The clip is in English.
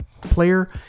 player